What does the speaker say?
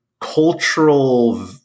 cultural